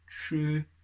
true